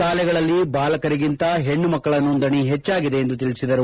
ಶಾಲೆಗಳಲ್ಲಿ ಬಾಲಕರಿಗಿಂತ ಹೆಣ್ಣು ಮಕ್ಕಳ ನೋಂದಣಿ ಹೆಚ್ಚಾಗಿದೆ ಎಂದು ತಿಳಿಸಿದರು